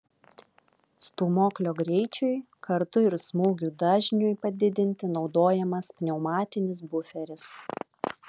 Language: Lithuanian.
stūmoklio greičiui kartu ir smūgių dažniui padidinti naudojamas pneumatinis buferis